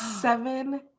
Seven